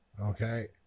Okay